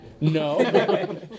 No